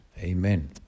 Amen